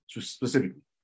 specifically